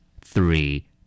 Three